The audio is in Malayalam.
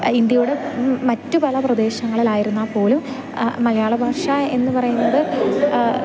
ഇന്ത്യയുടെ മറ്റു പല പ്രദേശങ്ങളിലായിരുന്നാൽ പോലും മലയാളഭാഷ എന്നു പറയുന്നത്